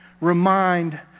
Remind